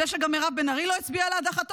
זה שגם מירב בן ארי לא הצביעה על הדחתו,